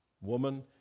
Woman